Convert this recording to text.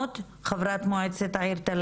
חברת מועצת העיר בתל